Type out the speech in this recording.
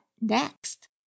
next